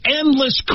endless